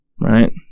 Right